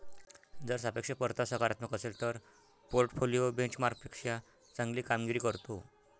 जर सापेक्ष परतावा सकारात्मक असेल तर पोर्टफोलिओ बेंचमार्कपेक्षा चांगली कामगिरी करतो